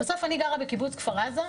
בסוף אני גרה בקיבוץ כפר עזה,